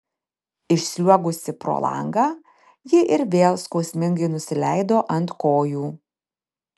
išsliuogusi pro langą ji ir vėl skausmingai nusileido ant kojų